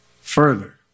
Further